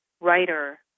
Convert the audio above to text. writer